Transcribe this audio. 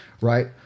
right